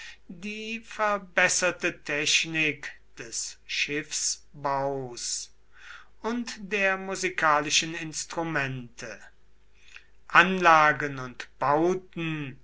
die verbesserte technik des schiffsbaus und der musikalischen instrumente anlagen und bauten